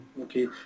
Okay